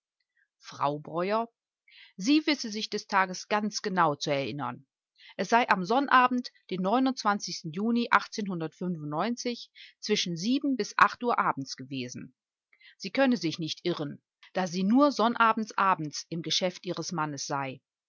frau breuer sie wisse sich des tages ganz genau zu erinnern es sei am sonnabend den juni zwischen bis uhr abends gewesen sie könne sich nicht irren da sie nur sonnabends abends im geschäft ihres mannes sei